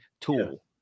tool